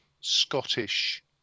Scottish